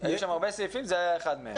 היו שם הרבה סעיפים, זה היה אחד מהם.